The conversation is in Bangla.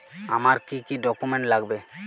আমার কি কি ডকুমেন্ট লাগবে?